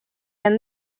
han